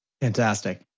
Fantastic